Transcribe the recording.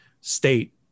state